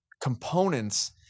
components